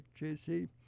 JC